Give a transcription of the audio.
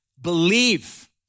believe